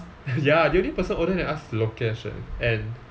ya the only person older than us is lokesh eh and